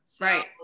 right